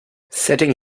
setting